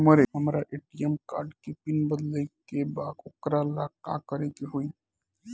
हमरा ATM card के pin बदले के बा वोकरा ला का करे के होई?